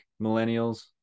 millennials